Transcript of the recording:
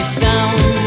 sound